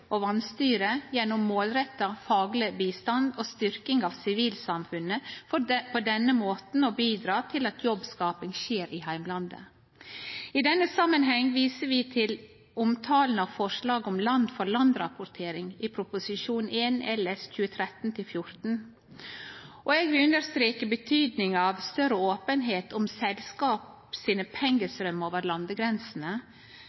og vanstyre gjennom målretta, fagleg bistand og styrking av sivilsamfunnet for på denne måten å bidra til at jobbskaping skjer i heimlandet. I denne samanhengen viser vi til omtalen av forslaget om land-for-land-rapportering i Prop 1 LS for 2013–2014, og eg vil understreke betydinga av større openheit om selskap sine